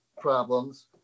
problems